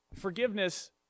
Forgiveness